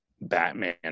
batman